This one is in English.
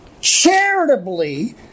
charitably